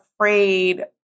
afraid